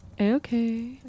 Okay